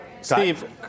Steve